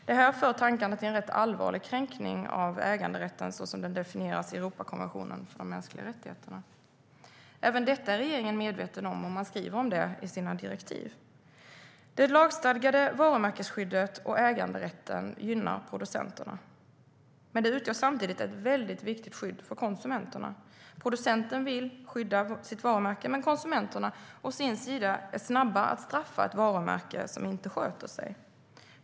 Det för tankarna till en rätt allvarlig kränkning av äganderätten så som den definieras i Europakonventionen för de mänskliga rättigheterna. Även detta är regeringen medveten om. Den skriver om det i sina direktiv. Det lagstadgade varumärkesskyddet och äganderätten gynnar producenterna. Men de utgör samtidigt ett väldigt viktigt skydd för konsumenterna. Producenten vill skydda sitt varumärke, men konsumenterna å sin sida är snabba att straffa ett varumärke som inte sköter sig.